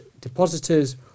depositors